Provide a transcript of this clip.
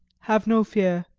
have no fear.